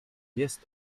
jest